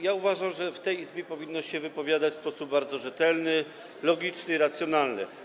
Ja uważam, że w tej Izbie powinno się wypowiadać w sposób bardzo rzetelny, logiczny i racjonalny.